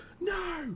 No